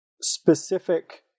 specific